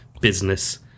business